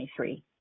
2023